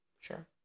Sure